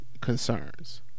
concerns